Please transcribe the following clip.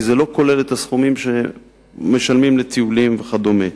כי זה לא כולל את הסכומים שמשלמים לטיולים וכדומה.